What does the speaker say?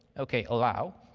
okay. allow.